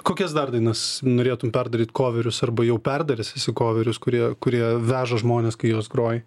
kokias dar dainas norėtum perdaryt koverius arba jau perdaręs esi koverius kurie kurie veža žmones kai juos groji